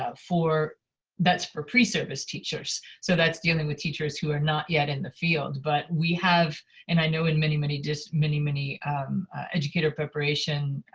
ah for that's for pre-service teachers. so that's dealing with teachers who are not yet in the field, but we have and i know in many, many just many, many educator preparation